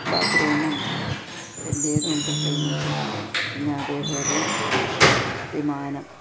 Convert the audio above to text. ബാത്റൂമും എല്ലാ ഇതും ഉണ്ട് ട്രെയിനിൽ അതേപോലെ വിമാനം